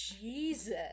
Jesus